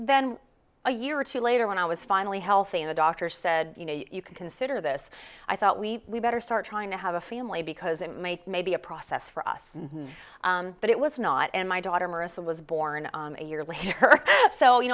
then a year or two later when i was finally healthy and the doctor said you know you can consider this i thought we better start trying to have a family because it might maybe a process for us but it was not and my daughter marissa was born a year later so you